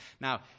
now